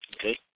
Okay